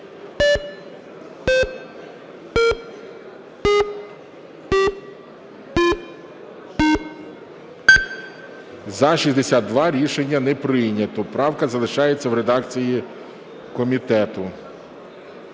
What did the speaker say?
За-62 Рішення не прийнято. Правка залишається в редакції комітету.